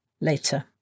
Later